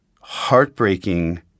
heartbreaking